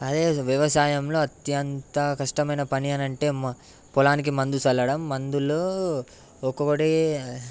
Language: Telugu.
అదే వ్యవసాయంలో అత్యంత కష్టమైన పని అని అంటే పొలానికి మందు చల్లడం మందుల్లో ఒక్కొక్కొటి